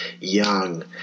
young